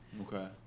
Okay